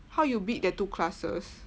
how you bid that two classes